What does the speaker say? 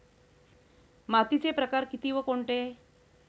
मातीचे प्रकार किती व कोणते?